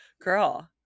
girl